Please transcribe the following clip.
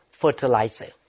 fertilizer